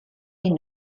die